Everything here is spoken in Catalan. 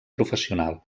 professional